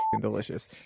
delicious